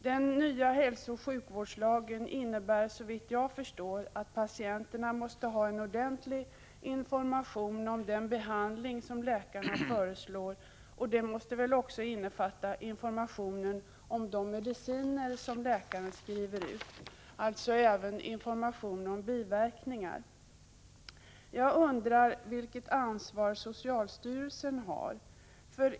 Den nya hälsooch sjukvårdslagen innebär såvitt jag förstår att patienterna måste ha ordentlig information om den behandling som läkarna föreslår. Det måste väl också innefatta information om de mediciner som läkaren skriver ut, alltså även information om biverkningar. Jag undrar vilket ansvar socialstyrelsen har.